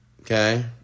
Okay